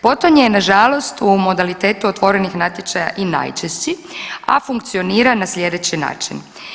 Potonje nažalost u modalitetu otvorenih natječaja i najčešći, a funkcionira na sljedeći način.